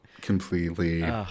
Completely